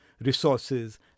resources